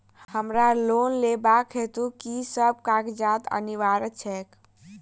हमरा लोन लेबाक हेतु की सब कागजात अनिवार्य छैक?